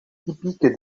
typique